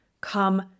come